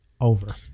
over